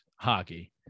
hockey